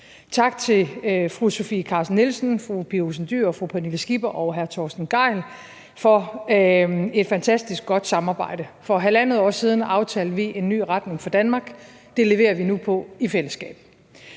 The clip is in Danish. Tak til fru Sofie Carsten Nielsen, fru Pia Olsen Dyhr, fru Pernille Skipper og hr. Torsten Gejl for et fantastisk godt samarbejde. For halvandet år siden aftalte vi en ny retning for Danmark. Det leverer vi nu på i fællesskab,